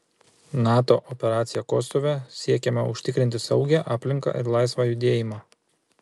nato operacija kosove siekiama užtikrinti saugią aplinką ir laisvą judėjimą